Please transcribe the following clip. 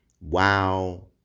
wow